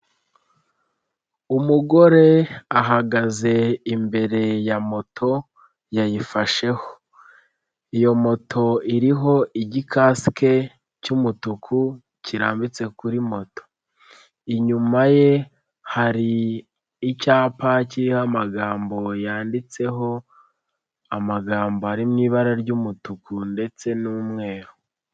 Umugore ahagaze imbere ya moto, yayifasheho. Iyo moto iriho igikasike cy'umutuku kirambitse kuri moto. Inyuma ye hari icyapa kiriho amagambo yanditseho amagambo ari mu ibara ry'umutuku ndetse n'umweru.